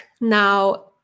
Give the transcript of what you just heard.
now